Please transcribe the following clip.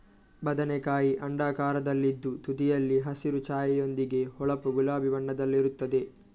ಬದನೆಕಾಯಿ ಅಂಡಾಕಾರದಲ್ಲಿದ್ದು ತುದಿಯಲ್ಲಿ ಹಸಿರು ಛಾಯೆಯೊಂದಿಗೆ ಹೊಳಪು ಗುಲಾಬಿ ಬಣ್ಣದಲ್ಲಿರುತ್ತದೆ